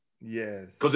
Yes